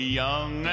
young